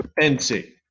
NC